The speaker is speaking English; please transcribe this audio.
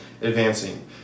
advancing